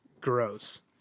gross